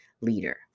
leader